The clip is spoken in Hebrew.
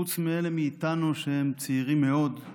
חוץ מאלה מאיתנו שהם צעירים מאוד,